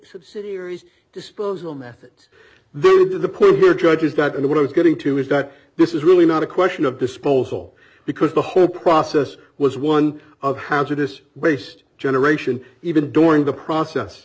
subsidiaries disposal methods those are the poor judges that and what i was getting to is that this is really not a question of disposal because the whole process was one of hazardous waste generation even during the process